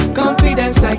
confidence